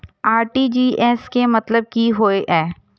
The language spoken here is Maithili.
आर.टी.जी.एस के मतलब की होय ये?